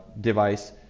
device